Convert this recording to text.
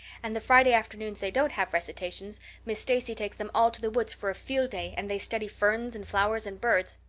and the friday afternoons they don't have recitations miss stacy takes them all to the woods for a field day and they study ferns and flowers and birds.